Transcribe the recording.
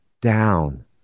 down